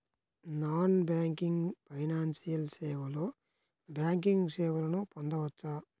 Non banking financial సేవలో banking సేవలను పొందవచ్చా?